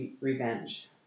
revenge